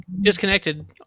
disconnected